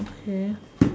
okay